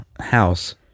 house